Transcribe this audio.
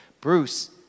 Bruce